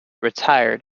retired